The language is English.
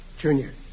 Junior